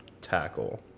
tackle